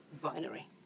binary